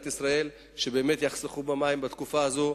ישראל ולבקש שבאמת יחסכו במים בתקופה הזאת,